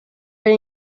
per